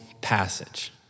passage